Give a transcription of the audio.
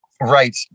right